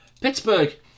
Pittsburgh